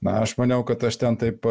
na aš maniau kad aš ten taip